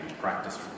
practice